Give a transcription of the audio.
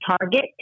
target